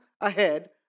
ahead